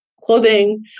clothing